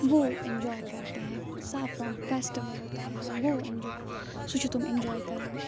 وہ ایٚنجواے کَرتے ہے سیفران فیٚسٹٕوَل ہوتا ہے یہاں وہ ایٚنجواے سُہ چھِ تِم ایٚنجواے کَران